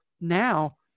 now